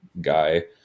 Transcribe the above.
guy